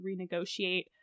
renegotiate